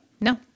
No